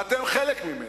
ואתם חלק ממנה.